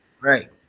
right